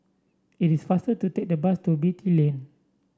it is faster to take the bus to Beatty Lane